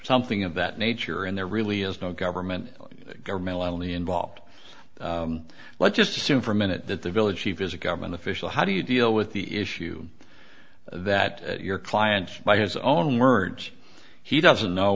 something of that nature and there really is no government governmentally involved let's just assume for a minute that the village chief is a government official how do you deal with the issue that your client by his own words he doesn't know